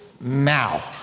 now